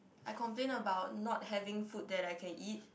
I complain about not having food that I can eat